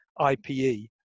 IPE